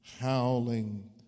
howling